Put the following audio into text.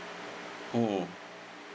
mm